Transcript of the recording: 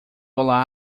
olá